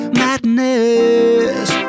madness